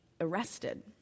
arrested